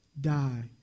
Die